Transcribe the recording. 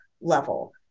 level